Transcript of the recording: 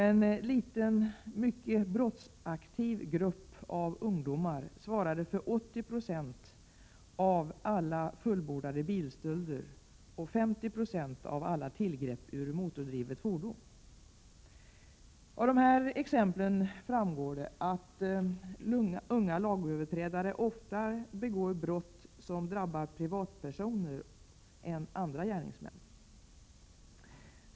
En liten, mycket brottsaktiv grupp av ungdomar svarade för 80 96 av alla fullbordade bilstölder och 50 96 av alla tillgrepp ur motordrivet fordon. Av de här exemplen framgår det att unga lagöverträdare oftare än andra gärningsmän begår brott som drabbar privatpersoner.